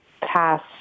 pass